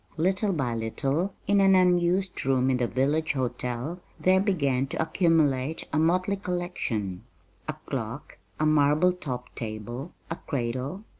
little by little, in an unused room in the village hotel there began to accumulate a motley collection a clock, a marble-topped table, a cradle,